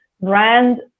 brand